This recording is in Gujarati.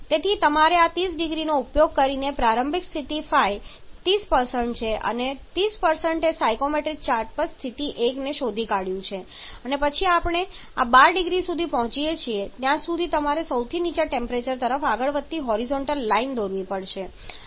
તેથી તમારે આ 30 0C નો ઉપયોગ કરીને સ્થિતિની પ્રારંભિક ϕ 30 છે અને 30 એ સાયક્રોમેટ્રિક ચાર્ટ પર સ્થિતિ 1 શોધી કાઢ્યું છે અને પછી આપણે આ 12 0C સુધી પહોંચીએ ત્યાં સુધી તમારે સૌથી નીચા ટેમ્પરેચર તરફ આગળ વધતી હોરિઝોન્ટલ લાઈન દોરવી પડશે